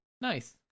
nice